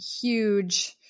huge